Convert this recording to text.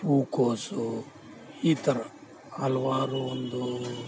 ಹೂಕೋಸು ಈ ಥರ ಹಲವಾರು ಒಂದು